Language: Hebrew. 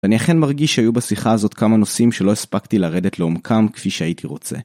ואני אכן מרגיש שהיו בשיחה הזאת כמה נושאים שלא הספקתי לרדת לעומקם כפי שהייתי רוצה.